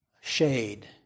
shade